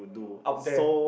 up there